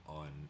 on